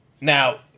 now